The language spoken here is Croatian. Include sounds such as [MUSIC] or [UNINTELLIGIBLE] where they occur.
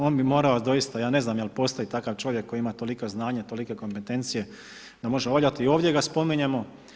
On bi morao doista, ja ne znam jel postoji takav čovjek koji ima toliko znanje, tolike kompetencije da može ... [UNINTELLIGIBLE] i ovdje ga spominjemo.